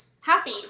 happy